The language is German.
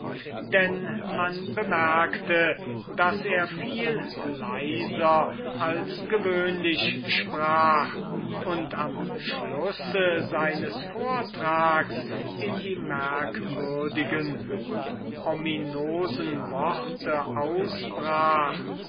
denn man bemerkte daß er viel leiser als gewöhnlich sprach und am schluß seines vortrags in die merkwürdigen und ominosen worte ausbrach